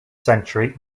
century